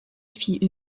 fille